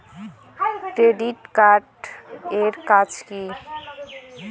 Credit card এর কাজ কি?